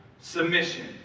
submission